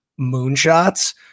moonshots